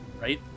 right